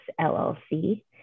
LLC